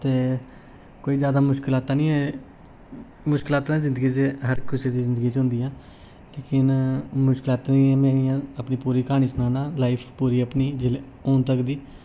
ते कोई जादा मुश्कलातां नेईं हैन मुश्कलातां जिंदगी च हर कुसै दी जिंदगी च होंदियां लेकिन मुश्कलातां दियें में इ'यां अपनी पूरी क्हानी सनाना लाइफ पूरी अपनी जिसलै हून तक दी